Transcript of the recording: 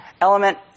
Element